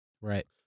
Right